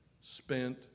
spent